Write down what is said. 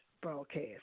broadcast